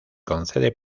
concede